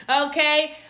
Okay